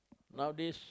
nowadays